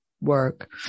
work